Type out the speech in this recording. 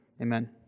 Amen